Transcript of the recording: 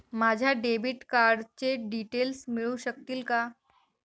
माझ्या डेबिट कार्डचे डिटेल्स मिळू शकतील का?